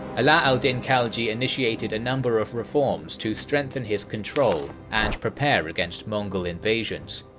ala al-din khalji initiated a number of reforms to strengthen his control and prepare against mongol invasions.